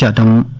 them